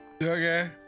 Okay